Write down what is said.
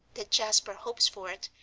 that jasper hopes for it,